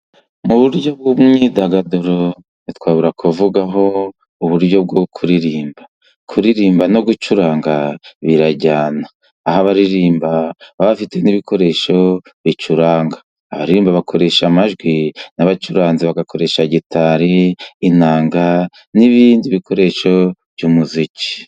Mu buryo bw'imyidagaduro ntitwabura kuvugaho uburyo bwo kuririmba, kuririmba no gucuranga birajyana, aha abaririmba baba bafite n'ibikoresho bicuranga, abaririmba bakoresha amajwi n'abacuranzi bakoresha gitari, inanga n'ibindi bikoresho by'umuziki.